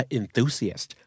enthusiast